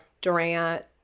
durant